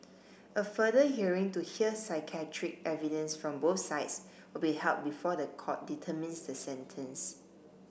a further hearing to hear psychiatric evidence from both sides will be held before the court determines the sentence